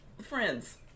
friends